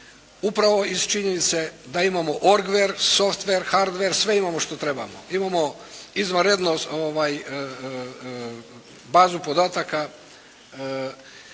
Upravo iz činjenice da imamo orgware, software, hardware sve imamo što trebamo. Imamo izvanrednu bazu podataka,